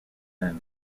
indes